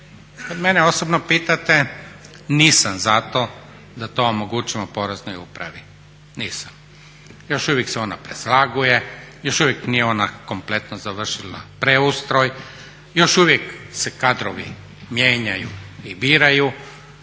Kad mene osobno pitate nisam za to da to omogućimo Poreznoj upravi, nisam. Još uvijek se ona preslaguje, još uvijek nije ona kompletno završila preustroj, još uvijek se kadrovi mijenjaju i biraju